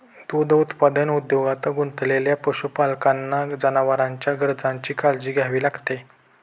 दूध उत्पादन उद्योगात गुंतलेल्या पशुपालकांना जनावरांच्या गरजांची काळजी घ्यावी लागते